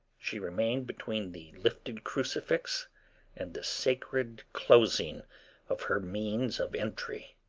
she remained between the lifted crucifix and the sacred closing of her means of entry.